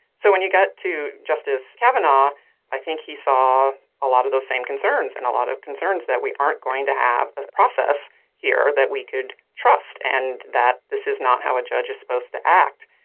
so when you got to justice kavanaugh i think he saw a lot of those same concerns and a lot of concerns that we aren't going to have a process here that we could trust and that this is not how a judge is supposed to act.